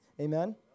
Amen